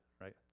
right